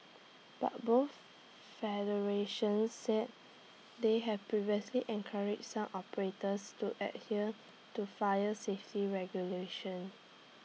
but both federations said they had previously encouraged some operators to adhere to fire safety regulations